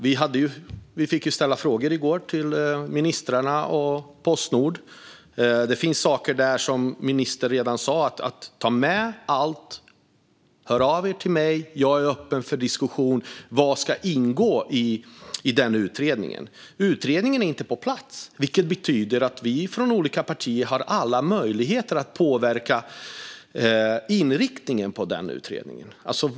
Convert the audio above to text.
Vi fick ställa frågor till ministrarna och Postnord i går, och ministern sa: Ta med allt, och hör av er till mig - jag är öppen för diskussion om vad som ska ingå i utredningen! Utredningen är inte på plats, vilket betyder att vi från olika partier har alla möjligheter att påverka inriktningen på den.